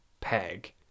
peg